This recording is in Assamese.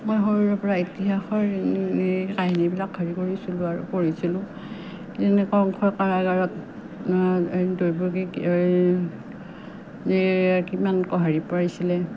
মই সৰুৰে পৰা ইতিহাসৰ এই কাহিনীবিলাক হেৰি কৰিছিলোঁ আৰু পঢ়িছিলোঁ এনেই কংসই কাৰাগাৰত এই দৈৱকীক এই কিমান হেৰি পৰাইছিলে